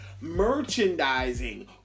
merchandising